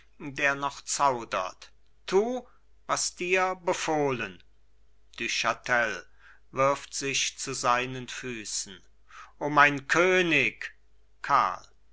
der noch zaudert tu was ich dir befohlen du chatel wirft sich zu seinen füßen o mein könig karl